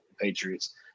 Patriots